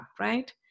right